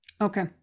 Okay